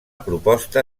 proposta